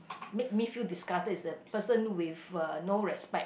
make me feel discarded is a person with uh no respect